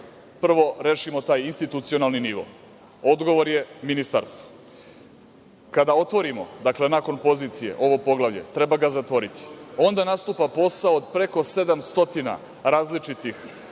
prvo rešimo taj institucionalni nivo. Odgovor je – ministarstva. Kada otvorimo, dakle, nakon pozicije, ovo poglavlje, treba da zatvoriti, onda nastupa posao od preko 700 različitih